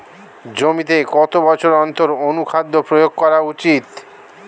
জমিতে কত বছর অন্তর অনুখাদ্য প্রয়োগ করা উচিৎ?